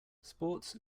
sports